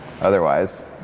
otherwise